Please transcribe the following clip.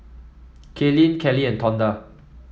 Kaylene Kelly and Tonda